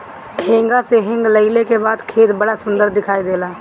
हेंगा से हेंगईले के बाद खेत बड़ा सुंदर दिखाई देला